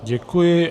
Děkuji.